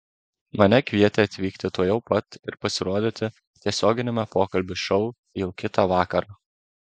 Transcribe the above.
mane kvietė atvykti tuojau pat ir pasirodyti tiesioginiame pokalbių šou jau kitą vakarą